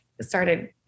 started